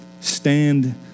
stand